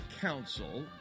council